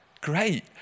great